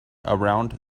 around